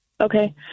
Okay